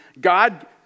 God